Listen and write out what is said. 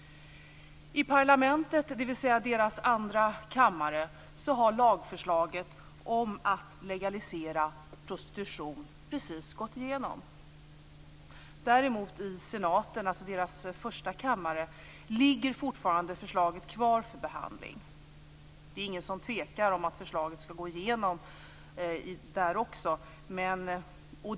I parlamentet, dvs. deras andra kammare, har lagförslaget om att legalisera prostitution precis gått igenom. Däremot ligger förslaget fortfarande kvar för behandling i senaten, dvs. deras första kammare. Ingen tvekar om att förslaget kommer att gå igenom också där.